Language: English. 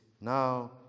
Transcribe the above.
Now